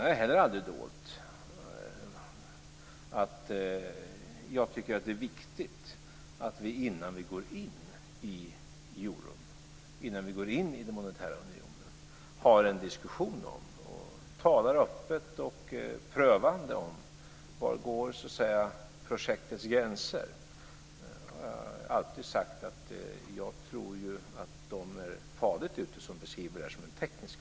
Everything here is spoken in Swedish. Jag har heller aldrig dolt att jag tycker att det är viktigt att vi innan vi går in i den monetära unionen har en diskussion om och talar öppet och prövande om var projektets gränser går. Jag har alltid sagt att de som beskriver det här som en teknisk förändring är farligt ute.